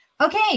Okay